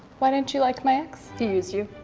why didn't you like my ex? he used you.